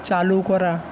চালু করা